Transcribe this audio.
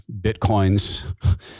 Bitcoins